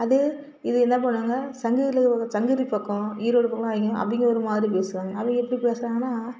அது இது என்ன பண்ணுவாங்க சங்ககிரியில இருக்கறவங்க சங்ககிரி பக்கம் ஈரோடு பக்கம்லாம் அவங்க ஒரு மாதிரி பேசுவாங்க அவிகள் எப்படி பேசுகிறாங்கன்னா